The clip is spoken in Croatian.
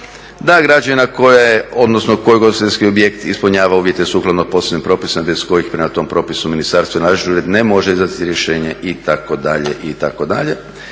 je odnosno koji ugostiteljski objekt ispunjava uvjete sukladno posebnim propisima bez kojih prema tom propisu ministarstvo naređuje ne može izdati rješenje itd."